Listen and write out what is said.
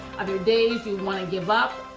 are there days you want to give up?